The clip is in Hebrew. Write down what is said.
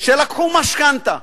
שלקחו משכנתה.